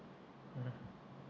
mm